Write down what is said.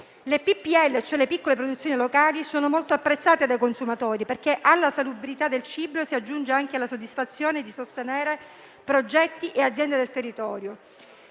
consumatori. Le piccole produzioni locali sono molto apprezzate dai consumatori, perché alla salubrità del cibo si aggiunge anche la soddisfazione di sostenere progetti e aziende del territorio.